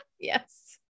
Yes